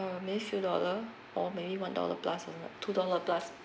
uh maybe few dollar or maybe one dollar plus is like two dollar plus